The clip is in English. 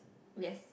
yes